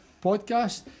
podcast